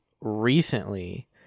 recently